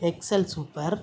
XL super